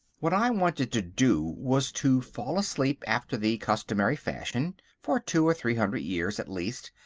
what i wanted to do was to fall asleep after the customary fashion, for two or three hundred years at least,